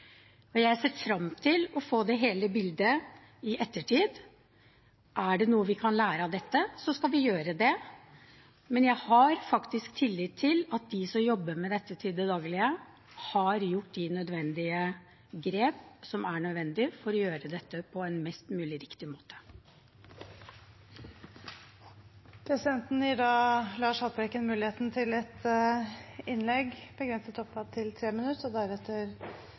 bordet. Jeg ser frem til å få det hele bildet i ettertid. Er det noe vi kan lære av dette, skal vi gjøre det, men jeg har tillit til at de som jobber med dette til daglig, har gjort de grep som er nødvendige for å gjøre dette på en mest mulig riktig måte. Det er ingen tvil om at denne saken viser den mørkeste siden av norsk asylpolitikk. Ehsan Abbasi er 16 år gammel og juridisk sett et